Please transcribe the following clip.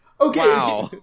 Okay